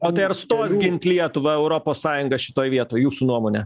o tai ar stos gint lietuvą europos sąjunga šitoj vietoj jūsų nuomone